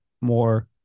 more